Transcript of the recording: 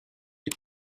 est